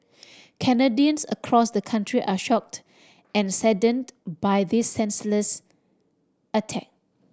Canadians across the country are shocked and saddened by this senseless attack